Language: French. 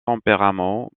tempérament